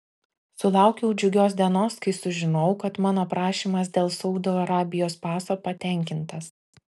sulaukiau džiugios dienos kai sužinojau kad mano prašymas dėl saudo arabijos paso patenkintas